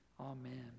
Amen